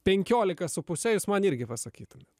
penkiolika su puse jūs man irgi pasakytumėt